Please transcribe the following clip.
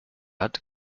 hat